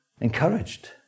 encouraged